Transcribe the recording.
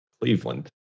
Cleveland